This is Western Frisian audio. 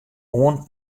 oan